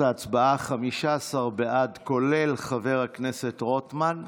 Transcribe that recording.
תוצאות ההצבעה: 15 בעד, כולל חבר הכנסת רוטמן,